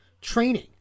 training